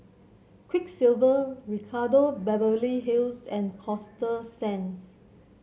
Quiksilver Ricardo Beverly Hills and Coasta Sands